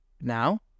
Now